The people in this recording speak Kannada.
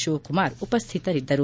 ಶಿವಕುಮಾರ್ ಉಪಸ್ಥಿತರಿದ್ದರು